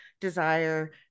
desire